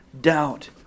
doubt